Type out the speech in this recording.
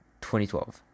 2012